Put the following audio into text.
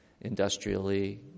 Industrially